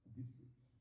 districts